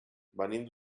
venim